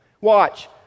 Watch